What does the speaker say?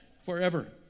forever